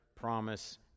promise